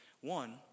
One